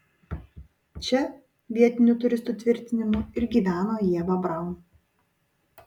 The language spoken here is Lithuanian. čia vietinių turistų tvirtinimu ir gyveno ieva braun